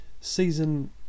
season